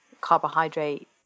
Carbohydrate